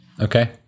Okay